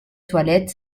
toilette